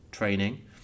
training